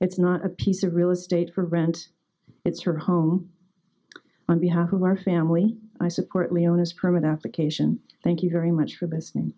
it's not a piece of real estate for rent it's her home on behalf of our family i support leona's permit application thank you very much for this